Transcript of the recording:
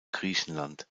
griechenland